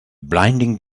blinding